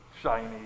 shiny